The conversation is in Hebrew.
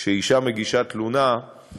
כשאישה מגישה תלונה,